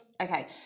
okay